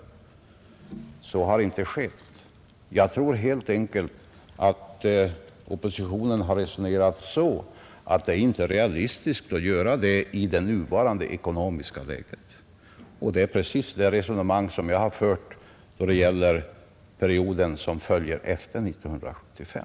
Så har inte skett. Jag tror helt enkelt att oppositionen har resonerat så, att det är inte realistiskt att göra det i nuvarande ekonomiska läge. Och det är precis det resonemang som jag har fört då det gäller perioden efter 1975.